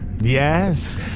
Yes